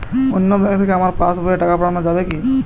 অন্য ব্যাঙ্ক থেকে আমার পাশবইয়ে টাকা পাঠানো যাবে কি?